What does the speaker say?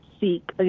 seek